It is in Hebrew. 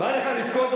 בא לך לבכות,